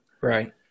right